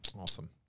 Awesome